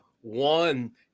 One